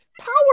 power